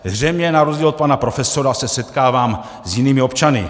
Zřejmě na rozdíl od pana profesora se setkávám s jinými občany.